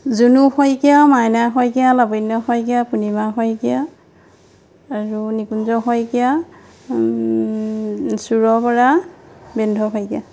জুনু শইকীয়া মাইনা শইকীয়া লাৱন্য শইকীয়া পূৰ্ণিমা শইকীয়া আৰু নিকুঞ্জ শইকীয়া চুৰ বৰা বেনুধৰ শইকীয়া